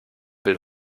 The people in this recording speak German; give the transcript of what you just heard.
will